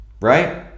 right